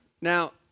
Now